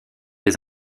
des